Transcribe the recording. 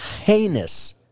heinous